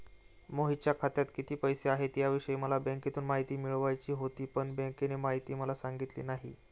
मोहितच्या खात्यात किती पैसे आहेत याविषयी मला बँकेतून माहिती मिळवायची होती, पण बँकेने माहिती मला सांगितली नाही